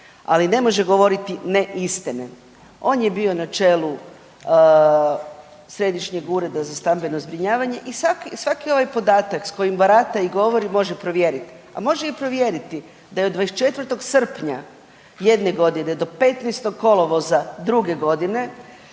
ali ne može govoriti neistine. On je bio na čelu Središnjeg ureda za stambeno zbrinjavanje i svaki ovaj podatak s kojim barata i govori, može provjeriti, a može i provjeriti da je od 24. srpnja jedne godine do 15. kolovoza druge godine